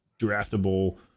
draftable